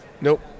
Nope